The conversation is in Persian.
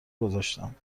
گذاشتم